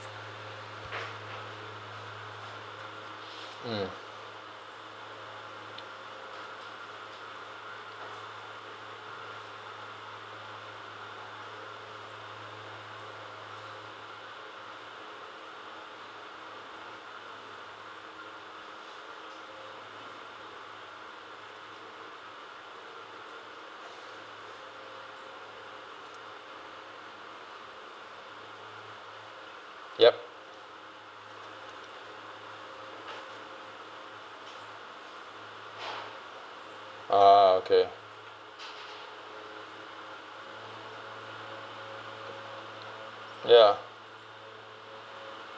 mm yup ah okay ya